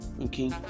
okay